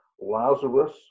Lazarus